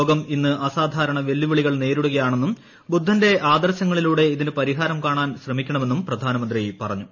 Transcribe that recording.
ലോകം ഇന്ന് അസാധാരണ വെല്ലുവിളികൾ നേരിടുകയാണെന്നും ബുദ്ധന്റെ ആദർശങ്ങളിലൂടെ ഇതിന് പരിഹാരം കാണാൻ ശ്രമിക്കണമെന്നും പ്രധാനമന്ത്രി പറഞ്ഞു